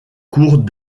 cours